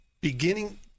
beginning